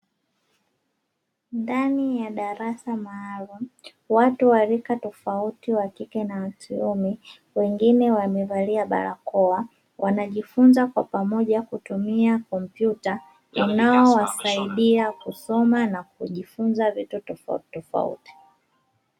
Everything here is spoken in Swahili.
Ndani ya darasani maalumu watu wa rika tofauti wa kike na wakiume wengine wamevalia barakoa wanajifunza kwa pamoja kutumia kompyuta inayowasaidia kusoma na kujifunza vitu tofautitofauti.